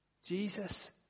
jesus